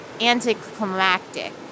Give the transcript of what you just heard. anticlimactic